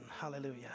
Hallelujah